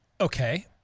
Okay